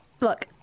look